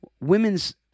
women's